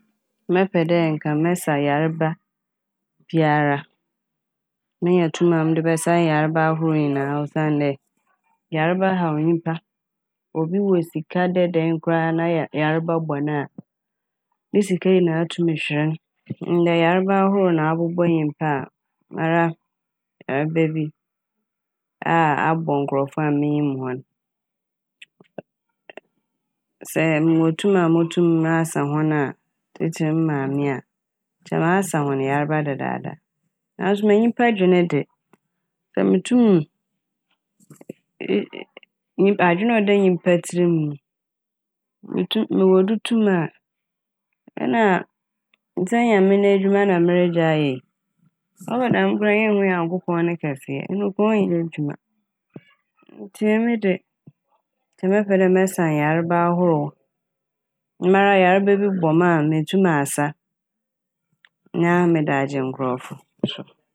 Mɛpɛ dɛ nka mɛsa yarba biara menya tum a mede bɛsa yarba ahorow nyinaa osiandɛ yarba haw nyimpa. Obi wɔ sika dɛ dɛn na yarba bɔ no a ne sika nyinaa tum hwer. Ndɛ yarba ahorow na abobɔ nyimpa a, mara yarba bi a abɔ nkorɔfo a minyim hɔn sɛ mowɔ tum a motum masa hɔn a tsitsir me maame a nkyɛ masa hɔn yarba dedaada. Naaso ma nyimpa dwen de sɛ motum eee- nyimp- adwen a ɔda nyimpa ne tsir m' no motu- mowɔ do tum a nna nsɛ Nyame N'edwuma na meregye ayɛ yi. Ɔba ne dɛm a yennhu Nyankopɔn ne kɛseyɛ. Ɔno mpo ɔnnyɛ edwuma ntsi emi de nkyɛ mɛpɛ dɛ mɛsa yarba ahorow na mara yarba bi bɔ me a metum masa na mede agye nkorɔfo.